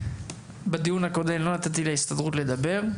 בדיון הקודם לא נתתי להסתדרות לדבר.